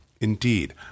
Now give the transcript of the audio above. Indeed